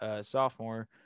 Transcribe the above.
sophomore